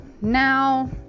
Now